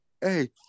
hey